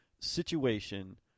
situation